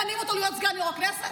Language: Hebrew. ממנים אותם להיות סגן יו"ר הכנסת?